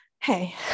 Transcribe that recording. hey